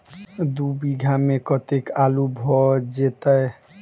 दु बीघा मे कतेक आलु भऽ जेतय?